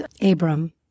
Abram